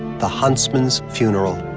the huntsman's funeral.